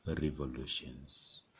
revolutions